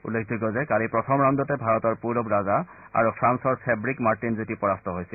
উল্লেখযোগ্য যে কালি প্ৰথম ৰাউণ্ডতে ভাৰতৰ পুৰব ৰাজা আৰু ফ্ৰান্সৰ ফেৱিক মাৰ্টিন যুটী পৰাস্ত হৈছিল